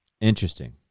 Interesting